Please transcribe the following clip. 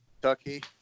Kentucky